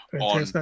on